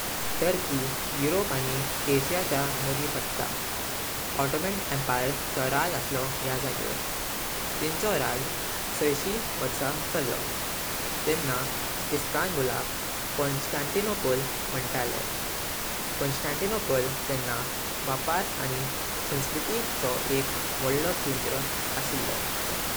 पंधरा साउ Brazil Portuguese colony झालो। तिंका मागीर अठरा साउ बाइस मुइख्ती मेवली। आत्ता ब्राझिल एक डेमोक्रसी। खूप लोक ब्राझिल भोवपक वैतात।